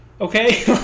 okay